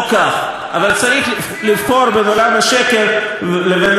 אבל צריך לבחור בין עולם השקר לבין עולם המציאות.